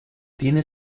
tiene